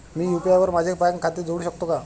मी UPI वर माझे bank खाते जोडू शकतो का?